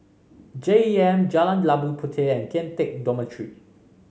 J E M Jalan Labu Puteh and Kian Teck Dormitory